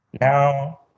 now